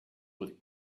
with